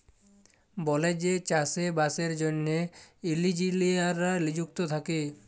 বলেযে চাষে বাসের জ্যনহে ইলজিলিয়াররা লিযুক্ত থ্যাকে